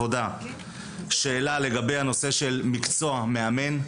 שאלה לגבי הנושא של מקצוע מאמן.